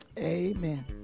Amen